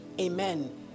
amen